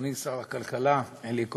אדוני שר הכלכלה אלי כהן,